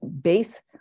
base